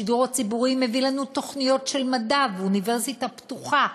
השידור הציבורי מביא לנו תוכניות של מדע ואוניברסיטה פתוחה.